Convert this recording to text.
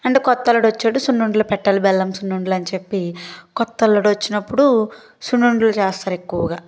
అంటే కొత్తల్లుడు వచ్చాడు సున్నుండలు పెట్టాలి బెల్లం సున్నుండలు అని చెప్పి కొత్త అల్లుడు వచ్చినప్పుడు సున్నుండలు చేస్తారు ఎక్కువగా